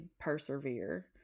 persevere